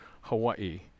Hawaii